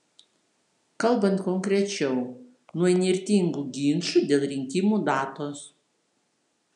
kalbant konkrečiau nuo įnirtingų ginčų dėl rinkimų datos